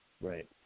Right